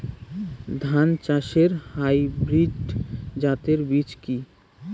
ধান চাষের হাইব্রিড জাতের বীজ কি?